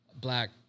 black